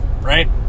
Right